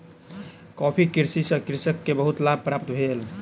coffee कृषि सॅ कृषक के बहुत लाभ प्राप्त भेल